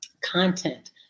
content